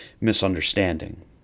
misunderstanding